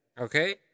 Okay